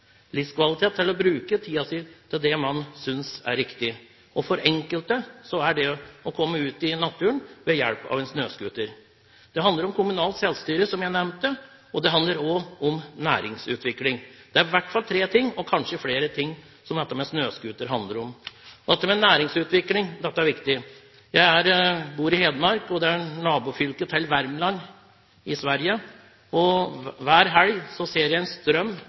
livskvalitet – å bruke tiden sin til det man synes er riktig, og for enkelte er det å komme ut i naturen ved hjelp av snøscooter. Det handler om kommunalt selvstyre, som jeg nevnte, og det handler også om næringsutvikling. Det er i hvert fall tre ting, og kanskje flere ting snøscooter handler om. Næringsutvikling er viktig. Jeg bor i Hedmark, og det er nabofylket til Värmland i Sverige. Hver helg ser jeg en strøm